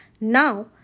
Now